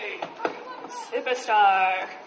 superstar